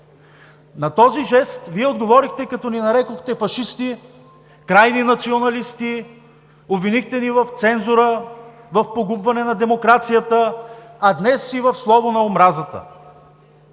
На този жест Вие отговорихте, като ни нарекохте фашисти, крайни националисти, обвинихте ни в цензура, в погубване на демокрацията, а днес и в слово на омразата.